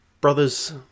brothers